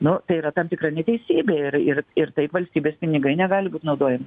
nu tai yra tam tikra neteisybė ir ir ir taip valstybės pinigai negali būt naudojami